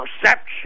perception